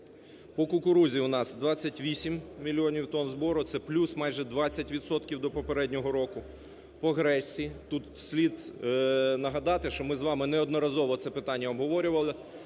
По кукурудзі у нас 28 мільйонів тонн збору, це плюс майже 20 відсотків до попереднього року. По гречці, тут слід нагадати, що ми з вами неодноразово це питання обговорювали,